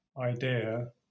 idea